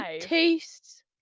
tastes